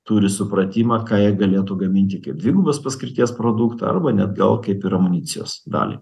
turi supratimą ką jie galėtų gaminti kaip dvigubos paskirties produktą arba net gal kaip ir amunicijos dalį